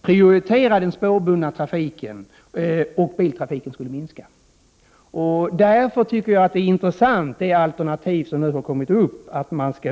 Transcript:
prioritera den spårbundna trafiken och att biltrafiken skulle minska. Därför tycker jag att det alternativ som har dykt upp är intressant.